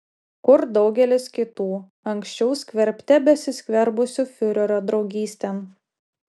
kur daugelis kitų anksčiau skverbte besiskverbusių fiurerio draugystėn